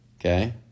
Okay